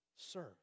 Serve